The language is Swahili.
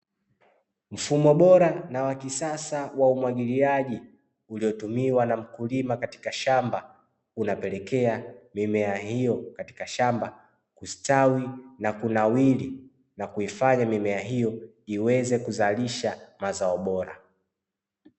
Mfumo bora na wakisasa wa umwagiliaji uliotumiwa na mkulima katika shamba, unapelekea mimea hiyo katika shamba kustawi na kunawili na kuifanya mimea hiyo iweze kuzalisha mazao bora.